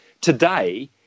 Today